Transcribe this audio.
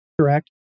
correct